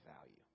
value